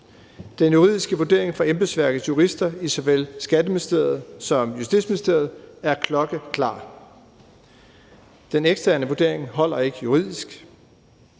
Den juridiske vurdering fra embedsværkets jurister i såvel Skatteministeriet som Justitsministeriet er klokkeklar: Den eksterne vurdering holder ikke juridisk.